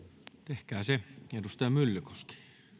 tehkää se edustaja myllykoski edustaja